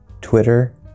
twitter